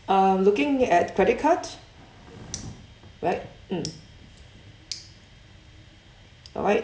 I'm looking at credit card right mm alright